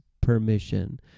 permission